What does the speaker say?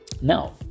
Now